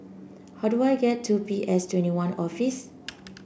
how do I get to P S Twenty One Office